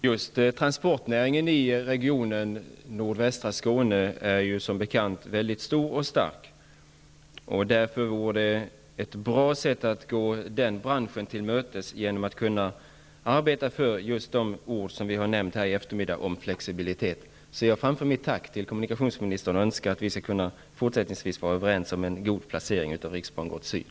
Herr talman! Just transportnäringen i regionen nordvästra Skåne är som bekant väldigt stor och stark. Ett bra sätt att gå denna bransch till mötes är att arbeta för flexibilitet. Jag vill framföra mitt tack till kommunikationsministern, och jag hoppas att vi fortsättningsvis skall kunna vara överens om en god placering av riksbangård Syd.